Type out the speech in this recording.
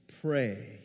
pray